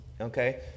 okay